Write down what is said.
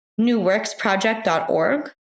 newworksproject.org